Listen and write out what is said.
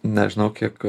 nežinau kiek